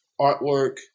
artwork